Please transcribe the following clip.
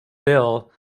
bill